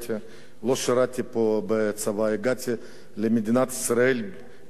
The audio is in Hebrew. לא שירתתי פה בצבא, הגעתי למדינת ישראל ב-1994,